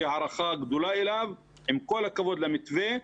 הערכה גדולה אליו שעם כל הכבוד למתווה,